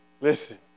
listen